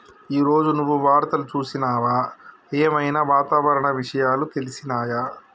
ఈ రోజు నువ్వు వార్తలు చూసినవా? ఏం ఐనా వాతావరణ విషయాలు తెలిసినయా?